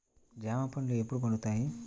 జామ పండ్లు ఎప్పుడు పండుతాయి?